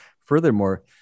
Furthermore